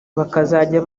bakazajya